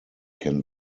can